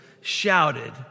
shouted